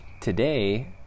Today